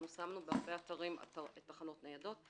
שמנו בהרבה אתרים תחנות ניידות,